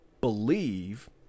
believe